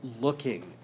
Looking